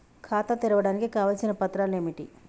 ఖాతా తెరవడానికి కావలసిన పత్రాలు ఏమిటి?